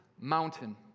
mountain